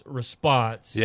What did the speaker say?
response